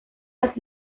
las